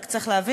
רק צריך להבין,